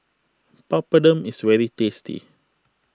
Papadum is very tasty